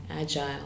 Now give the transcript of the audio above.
agile